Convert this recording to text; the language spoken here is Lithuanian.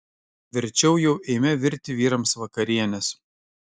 verčiau jau eime virti vyrams vakarienės